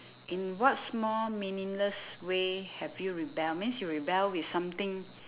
in what small meaningless way have you rebel means you rebel with something